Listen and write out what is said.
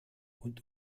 und